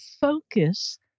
focus